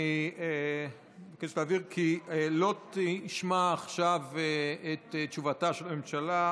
אני מבקש להבהיר כי לא נשמע עכשיו את תשובתה של הממשלה.